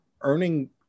earning